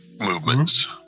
movements